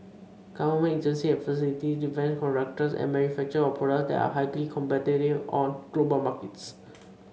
government agency and facility defence contractors and manufacturers of products that are highly competitive on global markets